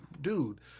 dude